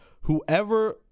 whoever